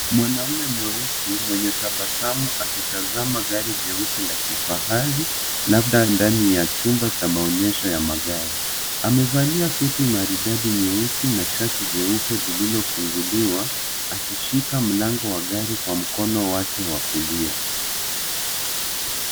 Mwanaume mweusi mwenye tabasamu akitazama gari jeusi la kifahari labda ndani ya chumba cha maonyesho ya magari. Amevalia suti maridadi nyeusi na shati jeupe lililofunguliwa akishika mlango wa gari kwa mkono wake wa kulia.